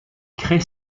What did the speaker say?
crée